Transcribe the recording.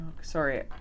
sorry